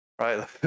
right